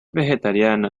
vegetariano